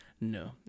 No